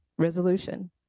resolution